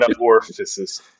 orifices